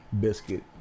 biscuit